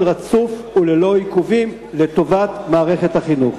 רצוף וללא עיכובים לטובת מערכת החינוך.